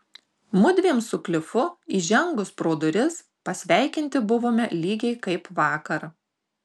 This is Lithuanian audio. mudviem su klifu įžengus pro duris pasveikinti buvome lygiai kaip vakar